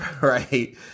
right